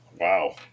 Wow